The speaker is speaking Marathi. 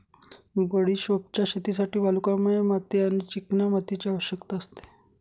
बडिशोपच्या शेतीसाठी वालुकामय माती आणि चिकन्या मातीची आवश्यकता असते